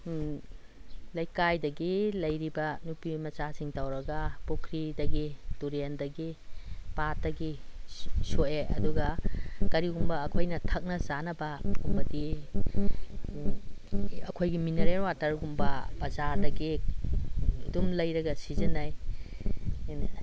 ꯂꯩꯀꯥꯏꯗꯒꯤ ꯂꯩꯔꯤꯕ ꯅꯨꯄꯤ ꯃꯆꯥꯁꯤꯡ ꯇꯧꯔꯒ ꯄꯨꯈ꯭ꯔꯤꯗꯒꯤ ꯇꯨꯔꯦꯟꯗꯒꯤ ꯄꯥꯠꯇꯒꯤ ꯁꯣꯛꯑꯦ ꯑꯗꯨꯒ ꯀꯔꯤꯒꯨꯝꯕ ꯑꯩꯈꯣꯏꯅ ꯊꯛꯅ ꯆꯥꯅꯕ ꯀꯨꯝꯕꯗꯤ ꯑꯩꯈꯣꯏꯒꯤ ꯃꯤꯅꯔꯦꯜ ꯋꯥꯇꯔꯒꯨꯝꯕ ꯕꯖꯥꯔꯗꯒꯤ ꯑꯗꯨꯝ ꯂꯩꯔꯒ ꯁꯤꯖꯤꯟꯅꯩ